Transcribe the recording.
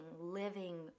living